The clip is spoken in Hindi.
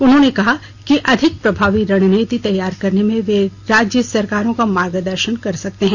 उन्होंने कहा कि अधिक प्रभावी रणनीति तैयार करने में वे राज्य सरकारो का मार्गदर्शन कर सकते हैं